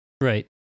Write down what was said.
right